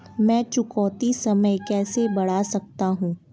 मैं चुकौती समय कैसे बढ़ा सकता हूं?